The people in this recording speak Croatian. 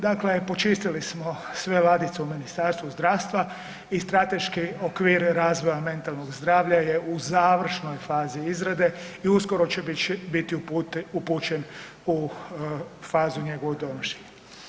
Dakle, počistili smo sve ladice u Ministarstvu zdravstva i strateški okvir razvoja mentalnog zdravlja je u završnoj fazi izrade i uskoro će biti upućen u fazu njegovog donošenja.